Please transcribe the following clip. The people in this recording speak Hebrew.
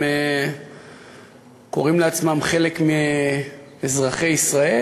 הם קוראים לעצמם חלק מאזרחי ישראל,